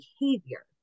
behavior